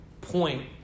point